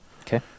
okay